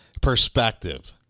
perspective